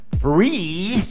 free